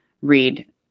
read